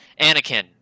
Anakin